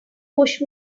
push